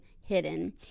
hidden